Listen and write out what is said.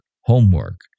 homework